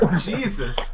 Jesus